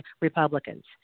Republicans